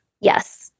Yes